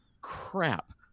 crap